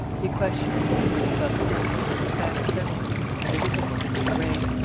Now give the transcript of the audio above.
he questioned him eagerly about the distance to the spanish settlements and the difficulties of the way.